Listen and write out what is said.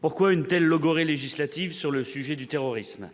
pourquoi une telle logorrhée législative sur le sujet du terrorisme,